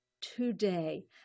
today